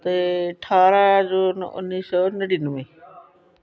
ਅਤੇ ਅਠਾਰ੍ਹਾਂ ਜੂਨ ਉੱਨੀ ਸੌ ਨੜੇਨਵੇਂ